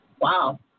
Wow